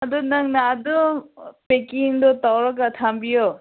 ꯑꯗꯨ ꯅꯪꯅ ꯑꯗꯨꯝ ꯄꯦꯛꯀꯤꯡꯗꯨ ꯇꯧꯔꯒ ꯊꯝꯕꯤꯌꯨ